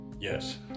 Yes